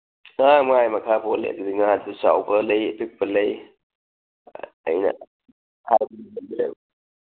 ꯉꯥ ꯉꯥꯒꯤ ꯃꯈꯥ ꯄꯣꯜꯂꯦ ꯑꯗꯨꯗꯤ ꯉꯥꯗꯨ ꯆꯥꯎꯕ ꯂꯩ ꯄꯤꯛꯄ ꯂꯩ ꯑꯩꯅ